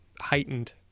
heightened